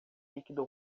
líquido